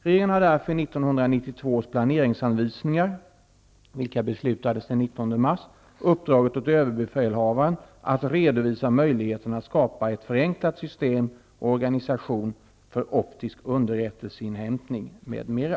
Regeringen har därför i 1992 års planeringsanvisningar -- vilka beslutades den 19 mars -- uppdragit åt överbefälhavaren att redovisa möjligheterna att skapa ett förenklat system och organisation för optisk underrättelseinhämtning m.m.